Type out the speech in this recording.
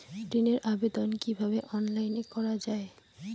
ঋনের আবেদন কিভাবে অনলাইনে করা যায়?